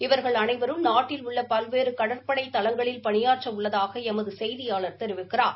இவர்கள் அனைவரும் நாட்டில் உள்ள பல்வேறு கடற்படை தளங்களில் பணியாற்ற உள்ளதாக எமது செய்தியாளர் தெரிவிக்கிறார்